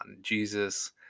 Jesus